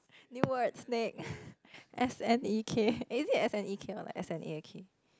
new word snake S N E K is it S N E K or is it S N A K E